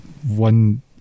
One